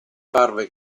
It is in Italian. parve